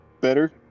Better